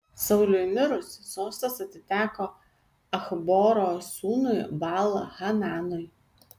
sauliui mirus sostas atiteko achboro sūnui baal hananui